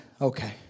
Okay